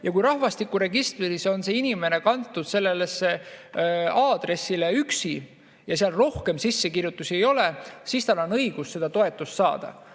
Ja kui rahvastikuregistris on see inimene kantud sellele aadressile üksi ja seal rohkem sissekirjutusi ei ole, siis tal on õigus seda toetust saada.